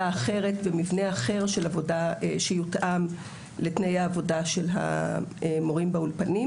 אחרת ומבנה אחר של עבודה שיותאם לתנאי העבודה של המורים באולפנים.